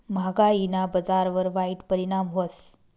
म्हागायीना बजारवर वाईट परिणाम व्हस